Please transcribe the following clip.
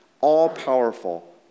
All-powerful